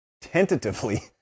tentatively